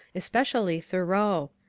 especially thoreau.